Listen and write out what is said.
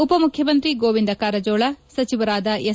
ಉಪಮುಖ್ಯಮಂತ್ರಿ ಗೋವಿಂದ ಕಾರಜೋಳ ಸಚಿವರಾದ ಎಸ್